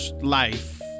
life